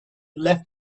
left